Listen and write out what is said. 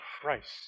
Christ